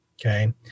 Okay